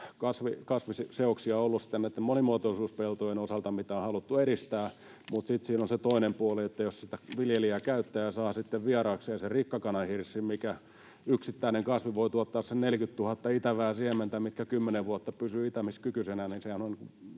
kasviseoksia olleet näitten monimuotoisuuspeltojen osalta, mitä on haluttu edistää, mutta sitten siinä on se toinen puoli, että jos viljelijä niitä käyttää ja saa sitten vieraakseen sen rikkakanahirssin — yksittäinen kasvi voi tuottaa sen 40 000 itävää siementä, jotka kymmenen vuotta pysyvät itämiskykyisinä